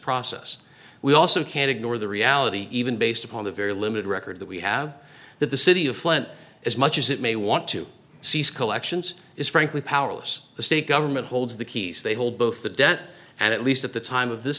process we also can't ignore the reality even based upon the very limited record that we have that the city of flint as much as it may want to seize collections is frankly powerless the state government holds the keys they hold both the debt and at least at the time of this